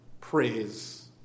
praise